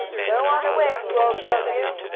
go on away, you old goat you!